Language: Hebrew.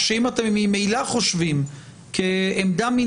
האם לא היה ראוי כן לאפשר להביע עמדה אם